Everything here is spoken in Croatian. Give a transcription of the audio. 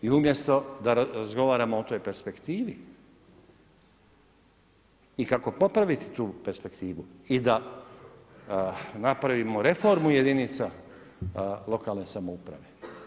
I umjesto da razgovaramo o toj perspektivi i kako popraviti tu perspektivu i da napravimo reformu jedinica lokalne samouprave.